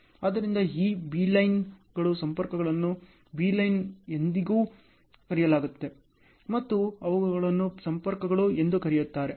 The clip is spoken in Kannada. ಆದ್ದರಿಂದ ಈ ಬೀಲೈನ್ಗಳು ಸಂಪರ್ಕಗಳನ್ನು ಬೀಲ್ಲೈನ್ಸ್ ಎಂದೂ ಕರೆಯಲಾಗುತ್ತದೆ ಮತ್ತು ಅವುಗಳನ್ನು ಸಂಪರ್ಕಗಳು ಎಂದೂ ಕರೆಯುತ್ತಾರೆ